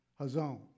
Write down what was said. Hazon